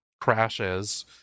crashes